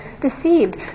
deceived